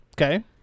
Okay